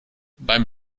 beim